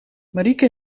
marieke